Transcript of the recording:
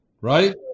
Right